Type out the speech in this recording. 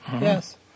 yes